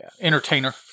entertainer